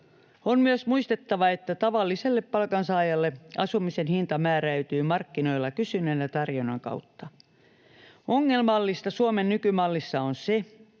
On myös muistettava, että tavalliselle palkansaajalle asumisen hinta määräytyy markkinoilla kysynnän ja tarjonnan kautta. Ongelmallista Suomen nykymallissa on se,